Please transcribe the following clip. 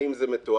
האם זה מתועד?